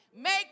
Make